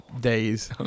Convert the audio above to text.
days